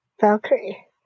Valkyrie